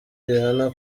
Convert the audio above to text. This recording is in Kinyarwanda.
rihanna